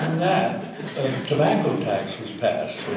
the tobacco tax was passed.